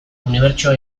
unibertsoa